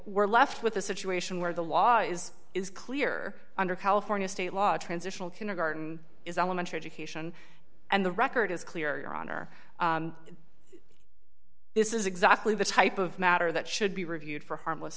we're left with a situation where the law is is clear under california state law a transitional kindergarten is elementary education and the record is clear your honor this is exactly the type of matter that should be reviewed for harmless